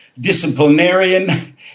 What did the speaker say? disciplinarian